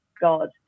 God